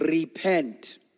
Repent